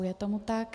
Je tomu tak.